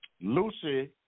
Lucy